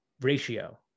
ratio